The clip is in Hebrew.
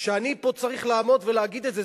שאני פה צריך לעמוד ולהגיד את זה,